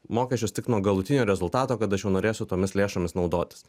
mokesčius tik nuo galutinio rezultato kada aš jau norėsiu tomis lėšomis naudotis